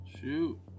Shoot